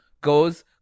goes